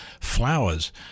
flowers